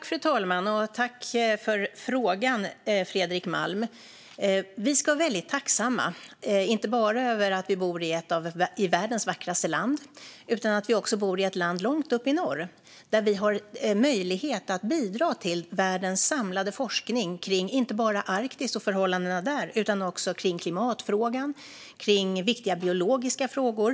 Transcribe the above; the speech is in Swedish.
Fru talman! Tack för frågan, Fredrik Malm! Vi ska vara väldigt tacksamma inte bara över att vi bor i världens vackraste land utan också över att vi bor i ett land långt upp i norr där vi har möjlighet att bidra till världens samlade forskning kring såväl Arktis och förhållandena där som klimatfrågan och viktiga biologiska frågor.